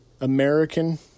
American